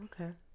okay